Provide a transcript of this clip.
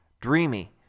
dreamy